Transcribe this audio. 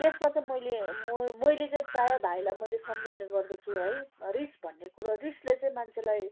त्यसमा चाहिँ मैले म मैले चाहिँ प्रायः भाइलाई मैले सम्झाउने गर्दछु है रिस भन्ने कुरो रिसले चाहिँ मान्छेलाई